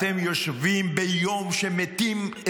אתם יושבים ביום שבו מתים,